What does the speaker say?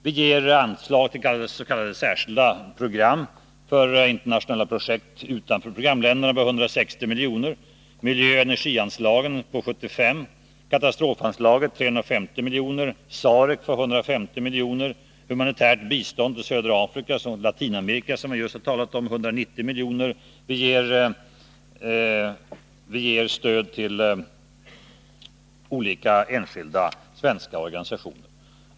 Vi ger anslag till s.k. särskilda program för internationella projekt utanför programländerna för 160 milj.kr. Vi har miljöoch energianslagen på 75 milj.kr. och katastrofanslaget på 350 milj.kr. SAREC får 150 milj.kr. och det humanitära biståndet till södra Afrika och Latinamerika — som jag just har talat om — 190 milj.kr. Och vi ger stöd till olika enskilda svenska organisationer.